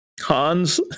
Hans